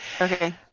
Okay